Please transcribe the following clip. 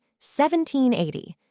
1780